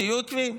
תהיו עקביים.